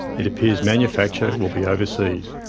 it appears manufacture will be overseas.